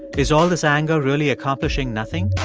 is all this anger really accomplishing nothing?